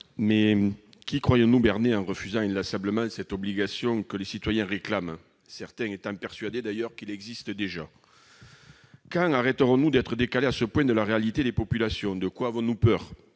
Qui croyons-nous berner en refusant inlassablement cette obligation que les citoyens réclament, certains étant d'ailleurs persuadés qu'elle existe déjà ? Quand arrêterons-nous d'être décalés à ce point de la réalité ? De quoi avons-nous peur ?